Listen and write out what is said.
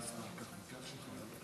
דיון בוועדת החוקה,